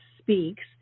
speaks